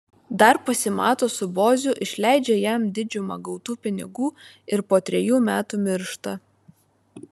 dar pasimato su boziu išleidžia jam didžiumą gautų pinigų ir po trejų metų miršta